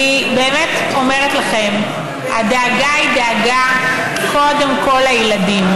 אני באמת אומרת לכם שהדאגה היא דאגה קודם כול לילדים.